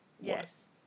Yes